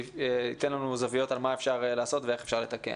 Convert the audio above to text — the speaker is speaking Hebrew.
זה ייתן לנו זוויות על מה שאפשר לעשות ואיך אפשר לתקן.